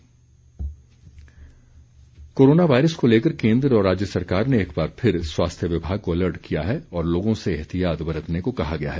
corona virus corona virus को लेकर केन्द्र और राज्य सरकार ने एकबार फिर स्वास्थ्य विभाग को अलर्ट किया है और लोगों से एहतियात बरतने को कहा गया है